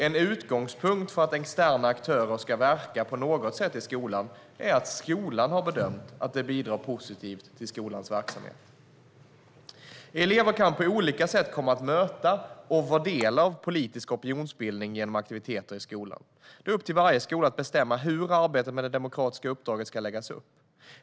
En utgångspunkt för att externa aktörer ska kunna verka i skolan på något sätt är att skolan har bedömt att det bidrar till skolans verksamhet på ett positivt sätt. Elever kan på olika sätt komma att möta, och vara del av, politisk opinionsbildning genom aktiviteter i skolan. Det är upp till varje skola att bestämma hur arbetet med det demokratiska uppdraget ska läggas upp.